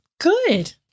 good